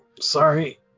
Sorry